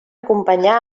acompanyar